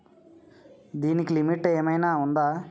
దీనికి లిమిట్ ఆమైనా ఉందా?